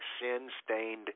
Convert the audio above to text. sin-stained